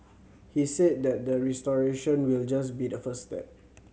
he said that the restoration will just be the first step